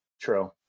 True